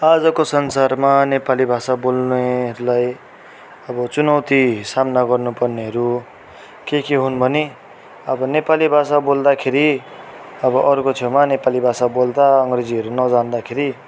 आजको संसारमा नेपाली भाषा बोल्नेहरूलाई अब चुनौती सामना गर्नुपर्नेहरू के के हुन् भने अब नेपाली भाषा बोल्दाखेरि अब अरूको छेउमा नेपाली भाषा बोल्दा अङ्ग्रेजीहरू नजान्दाखेरि